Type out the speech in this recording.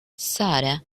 sara